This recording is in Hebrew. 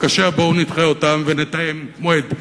בבקשה בואו נדחה אותן ונתאם מועד.